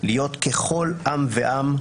להיות ככל עם ועם,